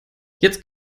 jetzt